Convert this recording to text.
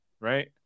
Right